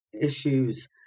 issues